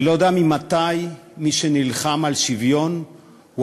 אני לא יודע ממתי מי שנלחם על שוויון או